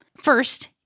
First